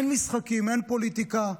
אין משחקים, אין פוליטיקה.